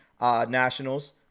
Nationals